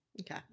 Okay